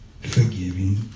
forgiving